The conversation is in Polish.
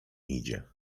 idzie